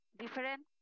different